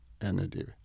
Energy